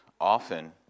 often